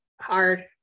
hard